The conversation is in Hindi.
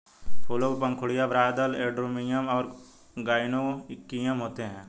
फूलों में पंखुड़ियाँ, बाह्यदल, एंड्रोमियम और गाइनोइकियम होते हैं